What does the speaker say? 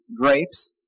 grapes